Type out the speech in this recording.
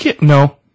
No